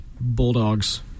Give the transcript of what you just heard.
Bulldogs